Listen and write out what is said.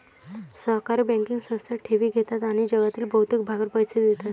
सहकारी बँकिंग संस्था ठेवी घेतात आणि जगातील बहुतेक भागात पैसे देतात